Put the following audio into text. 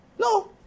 No